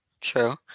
true